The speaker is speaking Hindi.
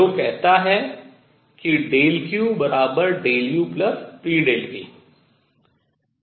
जो कहता है कि QΔUpV